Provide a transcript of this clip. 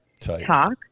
talk